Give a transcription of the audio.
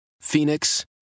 Phoenix